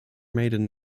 maiden